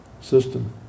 system